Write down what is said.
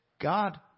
God